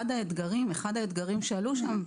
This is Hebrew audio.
אחד האתגרים שעלו שם,